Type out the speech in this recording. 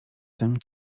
tym